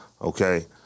Okay